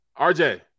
RJ